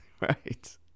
Right